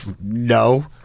no